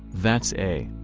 that's a.